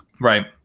right